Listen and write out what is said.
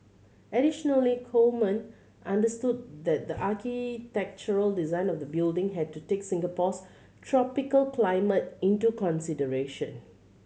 additionally Coleman understood that the architectural design of the building had to take Singapore's tropical climate into consideration